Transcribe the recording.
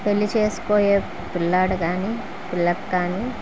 పెళ్ళి చేసుకోబోయే పిల్లాడు కానీ పిల్లకు కానీ